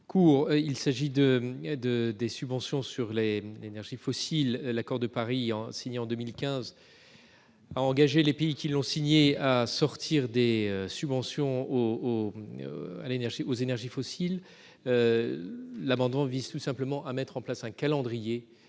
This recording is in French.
il s'agit de 2 des subventions sur les énergies fossiles, l'accord de Paris en signé en 2015 à engager les pays qui l'ont signé, à sortir des subventions ou à l'énergie aux énergies fossiles, l'abandon vise tout simplement à mettre en place un calendrier